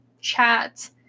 Chat